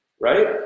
right